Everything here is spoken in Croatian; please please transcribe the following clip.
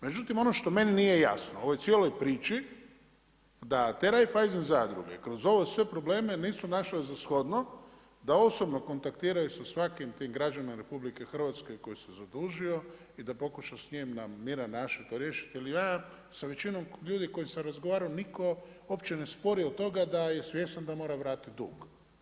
Međutim ono što meni nije jasno u ovoj cijeloj priči da te Raiffeisen zadruge kroz ove sve probleme nisu našle za shodno da osobno kontaktiraju sa svakim tim građaninom RH koji se zadužio i da pokuša s njim na miran način to riješiti jel ja sa većinom ljudi s kojima sam razgovarao nitko uopće ne spori od toga da je svjestan da mora vratiti dug.